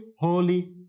holy